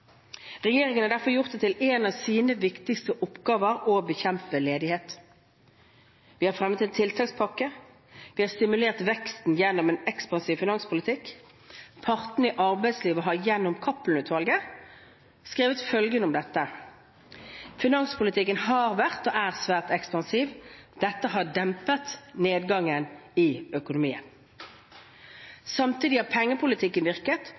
Regjeringen har derfor gjort det til en av sine viktigste oppgaver å bekjempe ledighet. Vi har fremmet en tiltakspakke. Vi har stimulert veksten gjennom en ekspansiv finanspolitikk. Partene i arbeidslivet har gjennom Cappelen-utvalget skrevet følgende om dette: «Finanspolitikken har vært og er svært ekspansiv, og dette har dempet nedgangen i økonomien.» Samtidig har pengepolitikken virket,